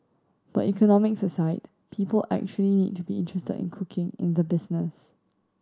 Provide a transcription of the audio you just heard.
but economics aside people actually need to be interested in cooking in the business